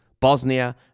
Bosnia